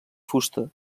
fusta